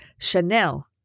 Chanel